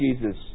Jesus